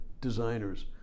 designers